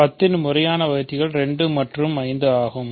10 இன் முறையான வகுத்திகள் 2 மற்றும் 5 ஆகும்